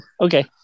Okay